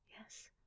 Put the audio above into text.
Yes